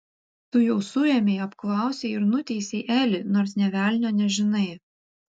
tu jau suėmei apklausei ir nuteisei elį nors nė velnio nežinai